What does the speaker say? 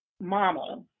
mama